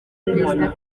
perezida